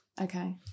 Okay